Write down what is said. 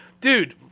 dude